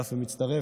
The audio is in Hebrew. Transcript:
אז תתפלאו,